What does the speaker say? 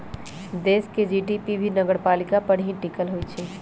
देश के जी.डी.पी भी नगरपालिका पर ही टिकल होई छई